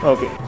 Okay